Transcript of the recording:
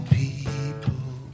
people